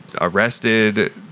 arrested